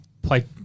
play